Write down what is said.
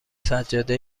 سجاده